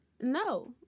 No